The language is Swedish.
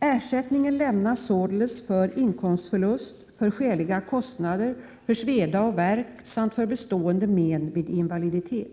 Ersättning lämnas således för inkomstförlust, för skäliga kostnader, för sveda och värk samt för bestående men vid invaliditet.